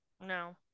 No